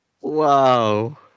Wow